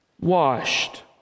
washed